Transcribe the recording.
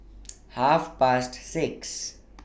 Half Past six